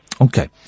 Okay